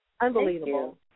Unbelievable